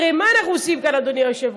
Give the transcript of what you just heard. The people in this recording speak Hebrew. הרי מה אנחנו עושים כאן, אדוני היושב-ראש?